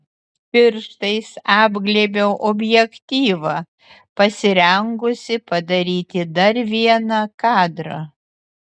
pirštais apglėbiau objektyvą pasirengusi padaryti dar vieną kadrą